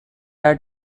are